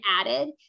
added